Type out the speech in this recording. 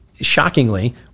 shockingly